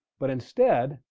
but instead,